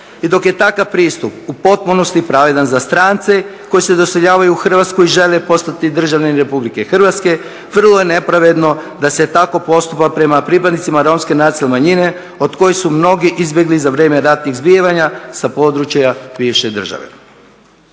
I dok je takav pristup u potpunosti pravedan za strance koji se doseljavaju u Hrvatsku i žele postati državljani Republike Hrvatske, vrlo je nepravedno da se tako postupa prema pripadnicima Romske nacionalne manjine od koje su mnogi izbjegli za vrijeme ratnih zbivanja sa područja bivše države.